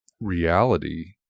reality